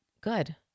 Good